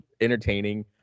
entertaining